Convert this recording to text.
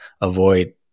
avoid